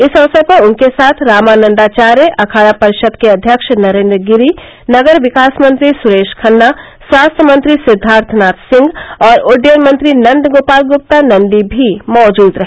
इस अवसर पर उनके साथ रामानन्दाचार्य अखाड़ा परिशद के अध्यक्ष नरेन्द्र गिरि नगर विकास मंत्री सुरेष खन्ना स्वास्थ्य मंत्री सिद्दार्थनाथ सिंह और उड्डयन मंत्री नंद गोपाल गुप्ता नंदी भी मौजद रहे